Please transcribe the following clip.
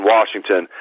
Washington